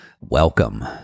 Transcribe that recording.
welcome